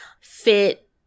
fit